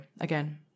again